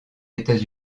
états